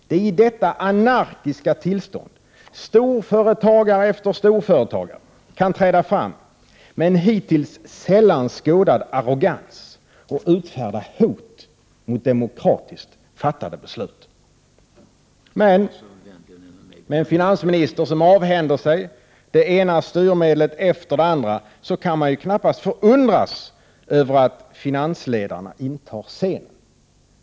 Det är i detta tillstånd av anarki som storföretagare efter storföretagare kan träda fram med en hittills sällan skådad arrogans och utfärda hot mot demokratiskt fattade beslut. Med en finansminister som avhänder sig det ena styrmedlet efter det andra kan man knappast förundras över att finansledarna intar scenen.